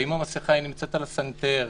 האם המסכה נמצאת על הסנטר,